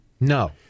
No